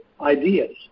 ideas